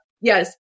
Yes